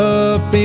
up